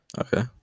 okay